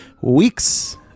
weeks